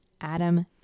Adam